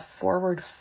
forward